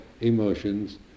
emotions